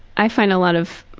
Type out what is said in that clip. i find a lot of